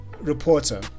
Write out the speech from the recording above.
reporter